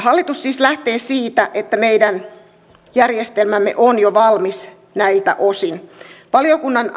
hallitus siis lähtee siitä että meidän järjestelmämme on jo valmis näiltä osin valiokunnan